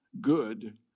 good